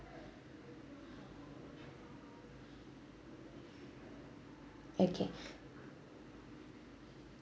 okay